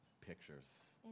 pictures